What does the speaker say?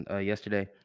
yesterday